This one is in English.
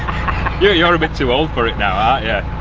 you're you're a bit too old for it now aren't yeah